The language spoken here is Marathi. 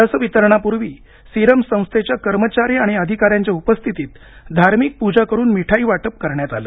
लस वितरणापूर्वी सीरम संस्थेच्या कर्मचारी आणि अधिकाऱ्यांच्या उपस्थितीत धार्मिक प्जा करून मिठाई वाटप करण्यात आलं